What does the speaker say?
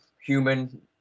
human